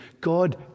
God